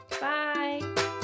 Bye